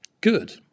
Good